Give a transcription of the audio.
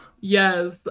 Yes